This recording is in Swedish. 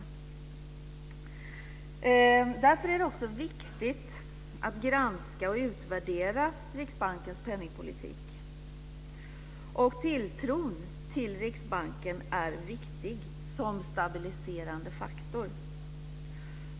Därför är det också viktigt att granska och utvärdera Riksbankens penningpolitik. Och tilltron till Riksbanken är viktig som stabiliserande faktor.